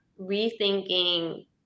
rethinking